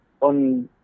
on